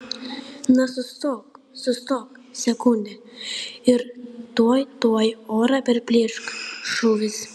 na sustok sustok sekundę ir tuoj tuoj orą perplėš šūvis